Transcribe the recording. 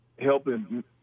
helping –